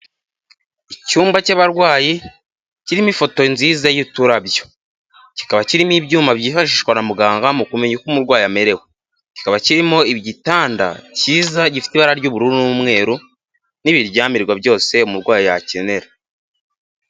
Icyumba cy'abarwayi kirimo ifoto nziza y'uturabyo, kikaba kirimo ibyuma byifashishwa na muganga mu kumenya uko umurwayi amerewe, kikaba kirimo igitanda cyiza gifite ibara ry'ubururu n'umweru n'ibiryamirwa byose umurwayi akenera.